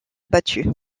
battue